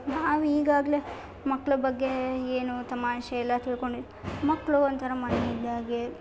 ನಾವು ಈಗಾಗಲೆ ಮಕ್ಕಳ ಬಗ್ಗೆ ಏನು ತಮಾಷೆ ಎಲ್ಲ ತಿಳ್ಕೊಂಡಿರ್ತೀವಿ ಮಕ್ಕಳು ಒಂಥರ ಮಣ್ಣು ಇದ್ದಾಗೆ